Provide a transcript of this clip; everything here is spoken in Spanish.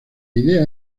idea